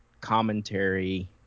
commentary